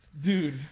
Dude